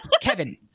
Kevin